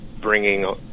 bringing